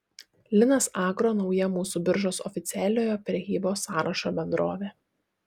linas agro nauja mūsų biržos oficialiojo prekybos sąrašo bendrovė